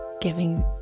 giving